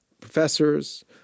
professors